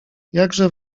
jakże